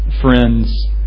friends